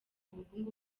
ubukungu